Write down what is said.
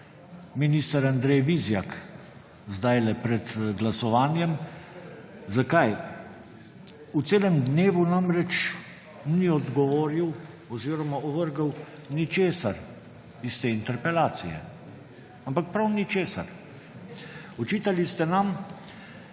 minister Andrej Vizjak zdajle pred glasovanjem. Zakaj? V celem dnevu namreč ni odgovoril oziroma ovrgel ničesar iz te interpelacije. Ampak prav ničesar. Očitali ste nam,